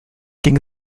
ging